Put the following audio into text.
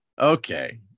okay